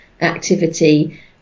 activity